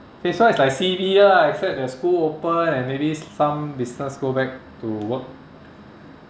phase one is like C_B ah except the school open and maybe some business go back to work